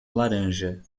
laranja